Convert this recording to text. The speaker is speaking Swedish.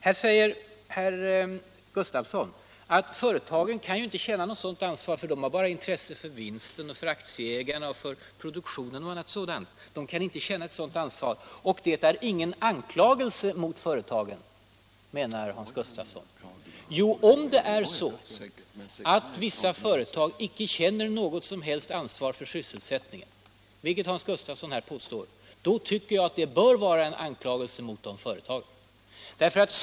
Hans Gustafsson säger att företagen inte kan känna något sådant ansvar, eftersom de bara har intresse för vinsten, för aktieägarna, för produktionen och annat sådant. Att man säger detta innebär inte någon anklagelse mot företagen, menar Hans Gustafsson! Jo, om det är så att vissa företag inte känner något som helst ansvar för sysselsättningen, som Hans Gustafsson här påstår, tycker jag att det bör uppfattas som en anklagelse mot de företagen.